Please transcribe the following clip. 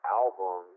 album